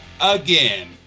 again